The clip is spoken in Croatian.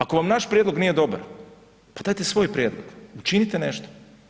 Ako vam naš prijedlog nije dobar, pa dajte svoj prijedlog, učinite nešto.